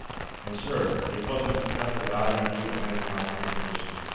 and sure, it wasn't a successful job interview that landed me my dream position.